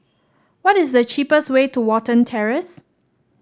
what is the cheapest way to Watten Terrace